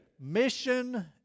Mission